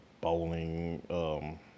bowling